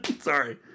Sorry